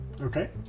Okay